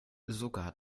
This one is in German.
sogar